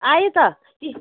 आएँ त ई